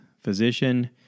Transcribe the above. physician